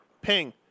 Ping